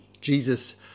Jesus